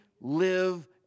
live